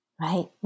Right